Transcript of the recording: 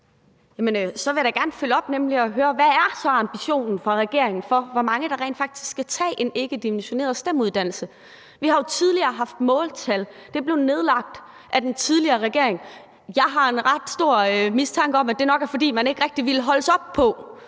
så er fra regeringens side for, hvor mange der rent faktisk skal tage en ikkedimensioneret STEM-uddannelse. Vi har jo tidligere haft måltal. Det blev nedlagt af den tidligere regering. Jeg har en ret stor mistanke om, at det nok er, fordi man ikke rigtig ville holdes op på,